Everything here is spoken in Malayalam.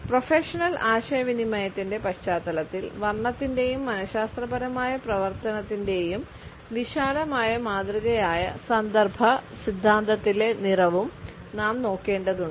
പ്രൊഫഷണൽ ആശയവിനിമയത്തിന്റെ പശ്ചാത്തലത്തിൽ വർണ്ണത്തിന്റെയും മനശാസ്ത്രപരമായ പ്രവർത്തനത്തിന്റെയും വിശാലമായ മാതൃകയായ സന്ദർഭ സിദ്ധാന്തത്തിലെ നിറവും നാം നോക്കേണ്ടതുണ്ട്